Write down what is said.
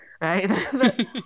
right